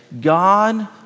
God